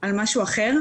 על משהו אחר.